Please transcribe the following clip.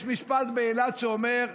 יש משפט באילת שאומר: